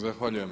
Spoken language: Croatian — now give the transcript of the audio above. Zahvaljujem.